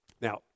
Now